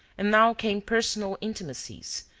and now came personal intimacies,